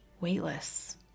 weightless